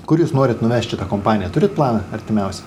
kur jūs norit nuvežti tą kompaniją turite planą artimiausią